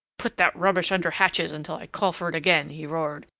put that rubbish under hatches until i call for it again, he roared,